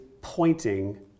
pointing